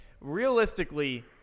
realistically